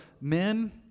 men